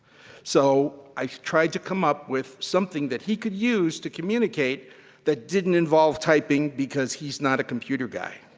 so i tried to come up with something that he could use to communicate that didn't involve typing, because he's not a computer guy.